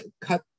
cut